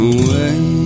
away